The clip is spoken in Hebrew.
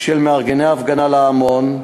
של מארגני ההפגנה על ההמון,